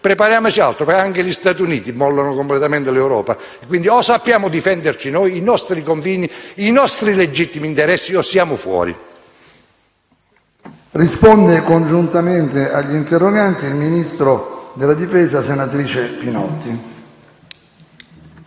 Prepariamoci perché anche gli Stati Uniti molleranno completamente l'Europa, quindi o sapremo difendere noi i nostri confini, i nostri legittimi interessi, o saremo fuori.